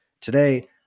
Today